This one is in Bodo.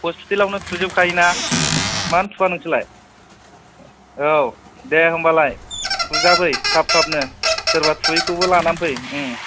हस्पिटेलआवनो थुजोबखायोना मानो थुवा नोंसोरलाय औ दे होनबालाय थुजाफै थाब थाबनो सोरबा थुयैखौबो लाना फै